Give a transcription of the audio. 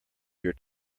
your